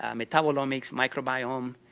um metabolomics microbiome,